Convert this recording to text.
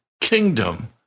kingdom